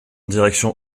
direction